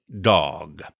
dog